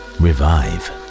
Revive